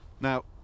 Now